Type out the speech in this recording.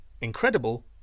Incredible